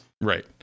Right